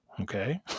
Okay